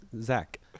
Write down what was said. Zach